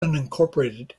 unincorporated